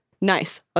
Nice